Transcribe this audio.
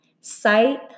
sight